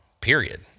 period